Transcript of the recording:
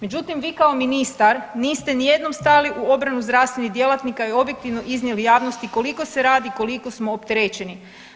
Međutim vi kao ministar niste nijednom stali u obranu zdravstvenih djelatnika i objektivno iznijeli javnosti koliko se radi, koliko smo opterećeni.